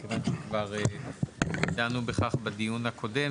כבר דנו בכך בדיון הקודם.